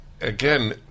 again